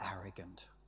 arrogant